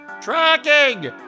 Tracking